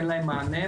אין להם מענה,